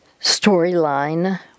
storyline